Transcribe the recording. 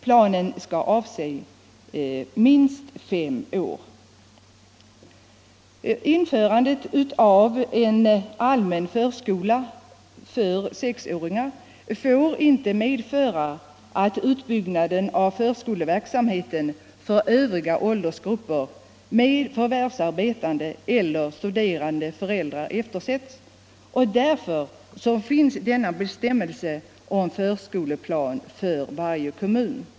Planen skall avse minst fem år. Införandet av en allmän förskola för sexåringar får inte medföra att utbyggnaden av förskoleverksamheten för övriga åldersgrupper med förvärvsarbetande eller studerande föräldrar eftersätts. Därför finns bestämmelsen om en förskoleplan för varje kommun.